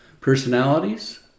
personalities